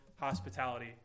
hospitality